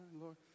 Lord